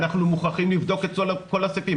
אנחנו מוכרחים לבדוק את כל הסעיפים.